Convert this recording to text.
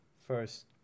first